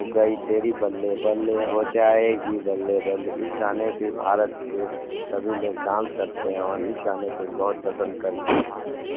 हो गई तेरी बल्ले बल्ले हो जाएगी बल्ले बल्ले इस गाने पर भारत के सभी लोग डांस करते हैं और इस गाने को बहुत पसंद करते हैं